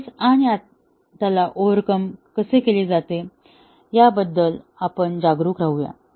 catches आणि त्याला overcome कसे केले जाते याबद्दल आपण जागरूक राहू या